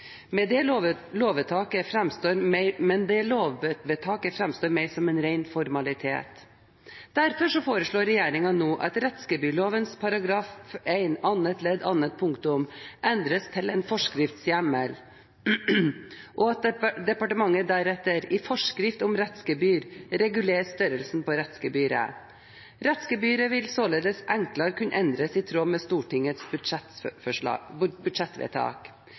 Men det lovvedtaket framstår mer som en ren formalitet. Derfor foreslår regjeringen nå at rettsgebyrloven § 1 annet ledd annet punktum endres til en forskriftshjemmel, og at departementet deretter i forskrift om rettsgebyr regulerer størrelsen på rettsgebyret. Rettsgebyret vil således enklere kunne endres i tråd med Stortingets